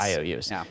IOUs